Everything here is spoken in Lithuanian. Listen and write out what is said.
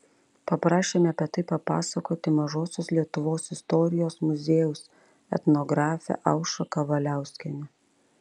paprašėme apie tai papasakoti mažosios lietuvos istorijos muziejaus etnografę aušrą kavaliauskienę